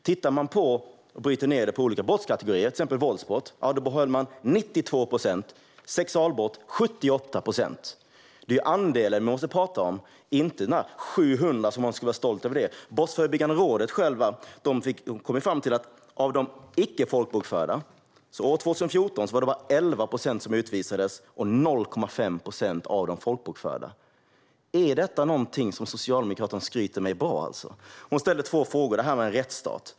Om man bryter ned det på olika brottskategorier ser man att vi behöll 92 procent av dem som begått våldsbrott och 78 procent av dem som begått sexualbrott. Det är andelen man måste tala om, i stället för att vara stolt över några 700. Brottsförebyggande rådet har kommit fram till att det 2014 bara var 11 procent av de icke folkbokförda som utvisades, och 0,5 procent av de folkbokförda. Är detta alltså något som Socialdemokraterna skryter med och menar är bra? Heléne Fritzon ställde två frågor; det gäller rättsstat.